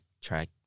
track